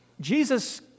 Jesus